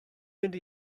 mynd